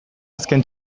azken